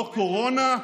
לא קורונה,